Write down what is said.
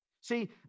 See